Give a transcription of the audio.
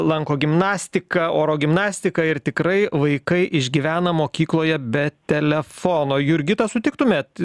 lanko gimnastiką oro gimnastiką ir tikrai vaikai išgyvena mokykloje be telefono jurgita sutiktumėt